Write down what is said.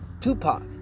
Tupac